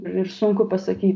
ir sunku pasakyt